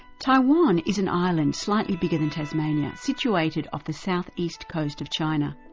taiwan is an island slighter bigger than tasmania, situated off the south-east coast of china.